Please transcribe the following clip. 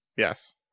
Yes